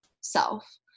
self